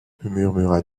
murmura